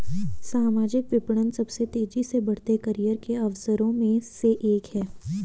सामाजिक विपणन सबसे तेजी से बढ़ते करियर के अवसरों में से एक है